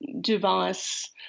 device